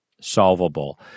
solvable